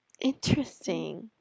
Interesting